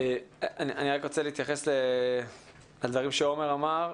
אני רוצה להתייחס לדברים שעומר אמר.